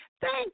thank